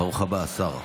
ברוך הבא, השר.